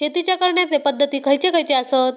शेतीच्या करण्याचे पध्दती खैचे खैचे आसत?